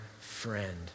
friend